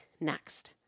next